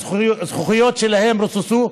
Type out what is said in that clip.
הזכוכיות שלהם רוססו,